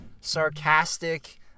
sarcastic